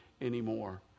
anymore